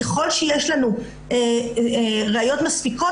ככל שיש לנו ראיות מספיקות,